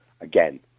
again